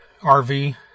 RV